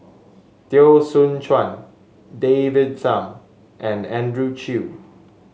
Teo Soon Chuan David Tham and Andrew Chew